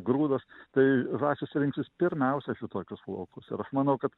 grūdas tai žąsys rinksis pirmiausia šitokius laukus ir aš manau kad